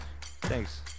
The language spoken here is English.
Thanks